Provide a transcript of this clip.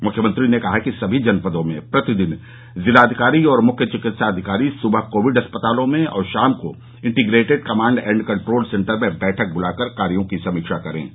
मुख्यमंत्री ने कहा कि सभी जनपदों में प्रतिदिन जिलाधिकारी और मुख्य चिकित्साधिकारी सुबह कोविड अस्पतालों में और शाम को integrated command and control centre में बैठक बुलाकर कार्यो की समीक्षा करे